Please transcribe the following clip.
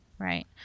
Right